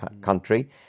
country